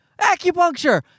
Acupuncture